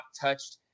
touched